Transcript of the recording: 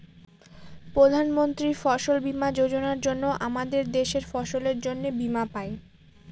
প্রধান মন্ত্রী ফসল বীমা যোজনার জন্য আমাদের দেশের ফসলের জন্যে বীমা পাই